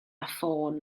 ffôn